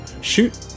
shoot